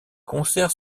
concert